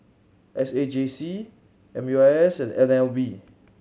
S A J C M U I S and N L B